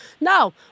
no